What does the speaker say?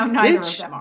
ditch